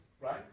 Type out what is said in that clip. right